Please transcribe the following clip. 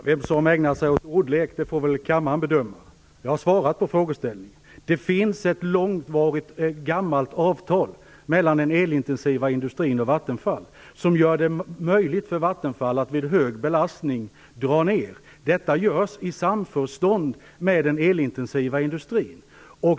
Fru talman! Vem som ägnar sig åt ordlekar får väl kammarens ledamöter bedöma. Jag har svarat på frågan. Det finns ett gammalt avtal mellan den elintensiva industrin och Vattenfall, som gör det möjligt för Vattenfall att vid hög belastning dra ned på elleveranserna. Detta görs i samförstånd med den elintensiva industrin.